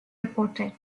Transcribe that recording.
reported